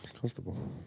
Comfortable